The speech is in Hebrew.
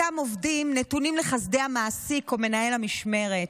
אותם עובדים נתונים לחסדי המעסיק או מנהל המשמרת,